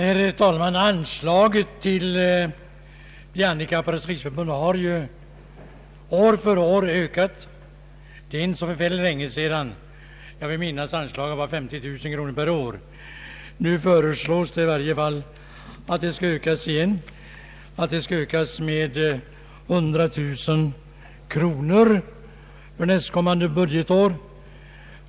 Herr talman! Anslaget till De handikappades riksförbund har ökat år från år. Statsbidraget var, vill jag minnas, för inte så förfärligt länge sedan 50 000 kronor per år. Kungl. Maj:t föreslår nu en ny höjning av anslaget, denna gång med 100 000 kronor för nästkommande budgetår.